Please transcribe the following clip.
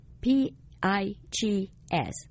P-I-G-S